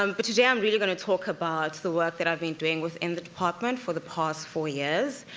um but today, i'm really gonna talk about the work that i've been doing within the department for the past four years,